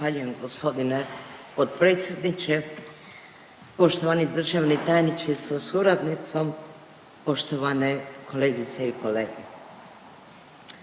Zahvaljujem gospodine potpredsjedniče, poštovani državni tajniče sa suradnicom, poštovane kolegice i kolege.